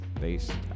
based